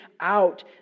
out